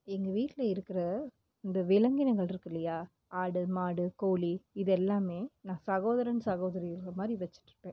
எங்கள் வீட்டில் இருக்கிற இந்த விலங்கினங்கள் இருக்குது இல்லையா ஆடு மாடு கோழி இது எல்லாமே நான் சகோதரன் சகோதரி இது மாதிரி வச்சுட்ருப்பேன்